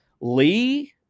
Lee